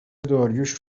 داریوش